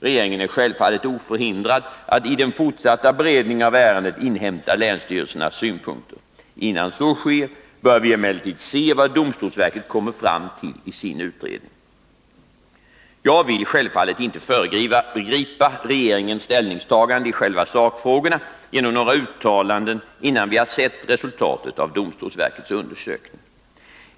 Regeringen är självfallet oförhindrad att i den fortsatta beredningen av ärendet inhämta länsstyrelsernas synpunkter. Innan så sker, bör vi emellertid se vad domstolsverket kommer fram till i sin utredning. Jag vill självfallet inte föregripa regeringens ställningstagande i själva sakfrågorna genom några uttalanden, innan vi har sett resultatet av domstolsverkets undersökning.